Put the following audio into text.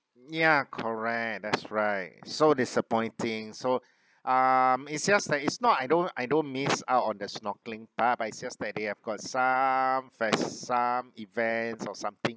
ya correct that's right so disappointing so um it's just that it's not I don't I don't miss out on the snorkeling part but it's just that they have got some fes~ some event or something